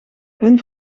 hun